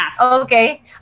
okay